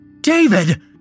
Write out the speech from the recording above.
David